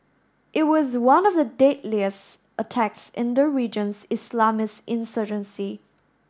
it was one of the deadliest attacks in the region's Islamist insurgency